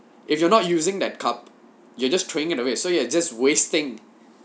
if you are not using that cup you just throwing it away so you are just wasting